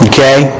Okay